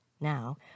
Now